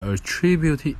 attributed